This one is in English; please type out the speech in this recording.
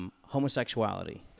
Homosexuality